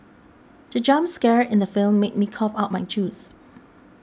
the jump scare in the film made me cough out my juice